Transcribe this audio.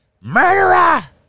Murderer